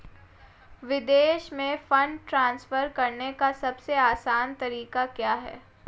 विदेश में fund transfer करने का सबसे आसान तरीका क्या है?